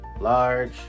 Large